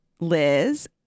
Liz